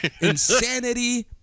insanity